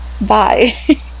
bye